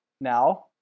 now